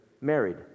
married